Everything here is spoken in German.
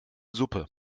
suppe